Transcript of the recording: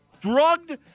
drugged